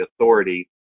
authority